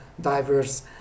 diverse